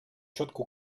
четко